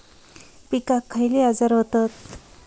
पिकांक खयले आजार व्हतत?